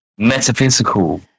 Metaphysical